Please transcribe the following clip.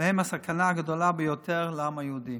והם הסכנה הגדולה ביותר לעם היהודי.